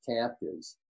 captives